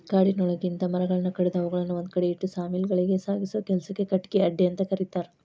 ಕಾಡಿನೊಳಗಿಂದ ಮರಗಳನ್ನ ಕಡದು ಅವುಗಳನ್ನ ಒಂದ್ಕಡೆ ಇಟ್ಟು ಸಾ ಮಿಲ್ ಗಳಿಗೆ ಸಾಗಸೋ ಕೆಲ್ಸಕ್ಕ ಕಟಗಿ ಅಡ್ಡೆಅಂತ ಕರೇತಾರ